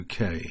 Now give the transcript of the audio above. uk